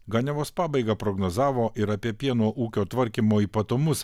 ganiavos pabaigą prognozavo ir apie pieno ūkio tvarkymo ypatumus